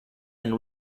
and